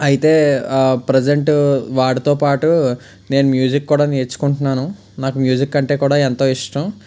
అయితే ప్రసెంటు వాటితో పాటు నేను మ్యూజిక్ కూడా నేర్చుకుంటున్నాను నాకు మ్యూజిక్ అంటే కూడా ఎంతో ఇష్టం